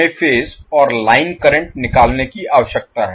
हमें फेज और line current निकालने की आवश्यकता है